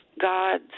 god